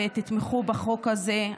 ותתמכו בחוק הזה.